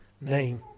name